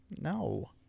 No